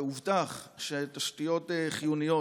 והובטח שתשתיות חיוניות,